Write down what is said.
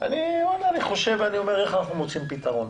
ואני שואל איך אנחנו מוצאים פתרון.